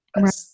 Right